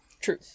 True